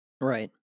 Right